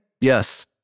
Yes